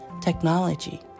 technology